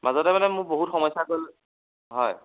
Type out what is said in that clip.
মাজতে মানে মোৰ বহুত সমস্যা গ'ল হয়